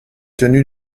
tenu